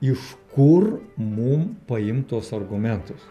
iš kur mum paimt tuos argumentus